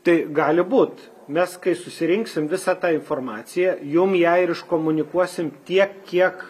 tai gali būt mes kai susirinksim visą tą informaciją jum ją ir iškomunikuosim tiek kiek